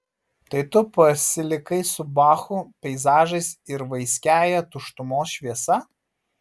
tai tu pasilikai su bachu peizažais ir vaiskiąja tuštumos šviesa